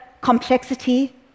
complexity